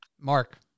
Mark